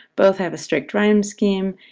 both have a strict rhyme scheme,